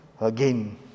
again